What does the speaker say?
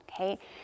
okay